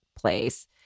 place